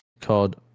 called